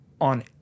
on